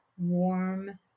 warm